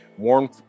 warm